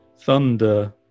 thunder